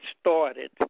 started